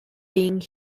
being